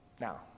Now